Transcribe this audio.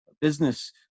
business